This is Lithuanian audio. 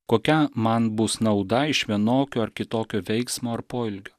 kokia man bus nauda iš vienokio ar kitokio veiksmo ar poelgio